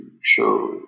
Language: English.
show